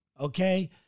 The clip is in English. okay